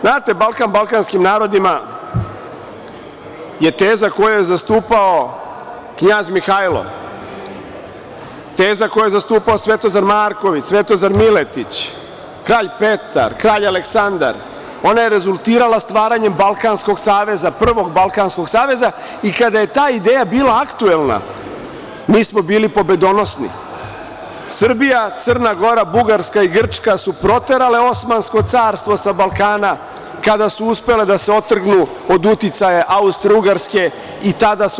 Znate Balkan balkanskim narodima je teza koju je zastupao Knjaz Mihailo, teza koju je zastupao Svetozar Marković, Svetozar Miletić, Kralj Petar, Kralj Aleksandar, ona je rezultirala stvaranjem Balkanskog saveza, prvog Balkanskog saveza i kada je ta ideja bila aktuelna, mi smo bili pobedonosni, Srbija, Crna Gora, Bugarska i Grčka su proterale Osmansko carstvo sa Balkana, kada su uspele da se otrgnu od uticaja Austougarske i tada su